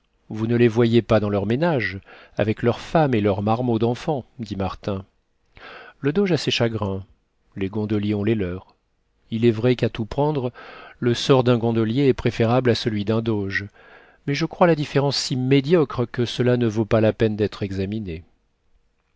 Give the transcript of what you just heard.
vous ne les voyez pas dans leur ménage avec leurs femmes et leurs marmots d'enfants dit martin le doge a ses chagrins les gondoliers ont les leurs il est vrai qu'à tout prendre le sort d'un gondolier est préférable à celui d'un doge mais je crois la différence si médiocre que cela ne vaut pas la peine d'être examiné